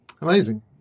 Amazing